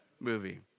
movie